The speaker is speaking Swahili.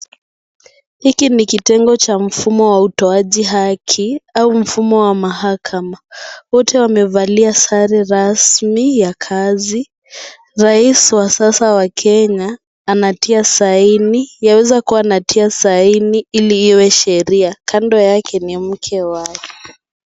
Hiki ni kitengo cha mfumo wa utoaji haki au mfumo wa mahakama. Wote wamevalia sare rasmi ya kazi. Rais wa sasa wa Kenya anatia sahini, yaweza kuwa anatia sahini Ili iwe sheria. Kando yake ni mkee wake.